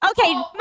Okay